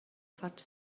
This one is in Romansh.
fatg